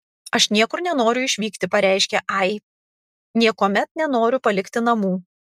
aš niekur nenoriu išvykti pareiškė ai niekuomet nenoriu palikti namų